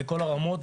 בכל הרמות,